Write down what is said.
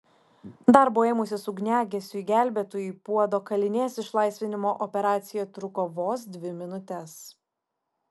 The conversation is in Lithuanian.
darbo ėmusis ugniagesiui gelbėtojui puodo kalinės išlaisvinimo operacija truko vos dvi minutes